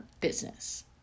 business